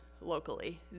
locally